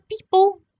people